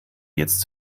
jetzt